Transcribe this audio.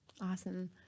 Awesome